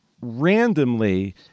randomly